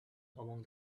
among